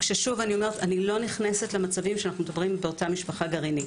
אנו לא מדברים על מצבים של אותה משפחה גרעינית.